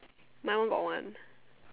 my one got one